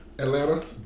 Atlanta